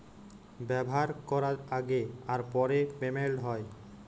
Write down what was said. ব্যাভার ক্যরার আগে আর পরে পেমেল্ট হ্যয়